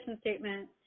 statement